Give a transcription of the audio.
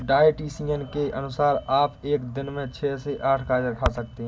dietitian के अनुसार आप एक दिन में छह से आठ गाजर खा सकते हैं